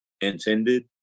intended